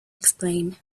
explain